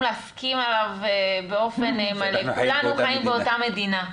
להסכים עליו באופן מלא: כולנו חיים באותה מדינה.